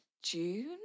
June